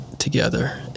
together